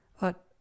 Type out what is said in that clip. But